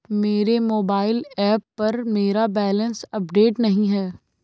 मेरे mobile app पर मेरा बैलेंस अपडेट नहीं है